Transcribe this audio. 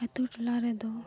ᱟᱹᱛᱩ ᱴᱚᱞᱟ ᱨᱮᱫᱚ